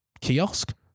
kiosk